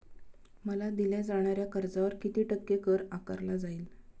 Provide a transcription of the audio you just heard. मला दिल्या जाणाऱ्या कर्जावर किती टक्के कर आकारला जाईल?